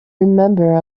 remember